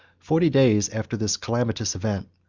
forty days after this calamitous event,